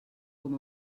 com